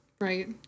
right